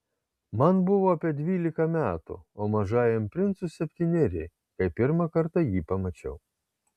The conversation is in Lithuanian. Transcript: man buvo apie dvylika metų o mažajam princui septyneri kai pirmą kartą jį pamačiau